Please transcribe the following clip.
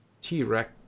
T-Rex